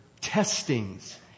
testings